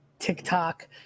TikTok